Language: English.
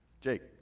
Jake